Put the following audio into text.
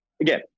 Again